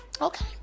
Okay